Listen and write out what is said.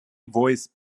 voice